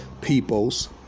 Peoples